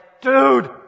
dude